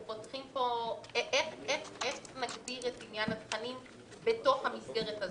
כי איך נגדיר את עניין התכנים בתוך המסגרת הזאת?